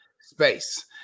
space